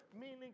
Meaning